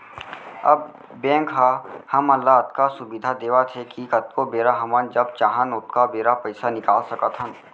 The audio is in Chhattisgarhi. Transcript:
अब बेंक ह हमन ल अतका सुबिधा देवत हे कि कतको बेरा हमन जब चाहन ओतका बेरा पइसा निकाल सकत हन